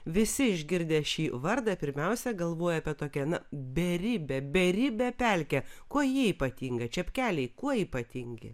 visi išgirdę šį vardą pirmiausia galvoja apie tokią na beribę beribę pelkę kuo ji ypatinga čepkeliai kuo ypatingi